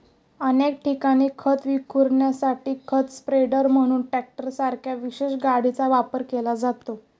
अनेक ठिकाणी खत विखुरण्यासाठी खत स्प्रेडर म्हणून ट्रॅक्टरसारख्या विशेष गाडीचा वापर केला जातो